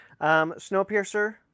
Snowpiercer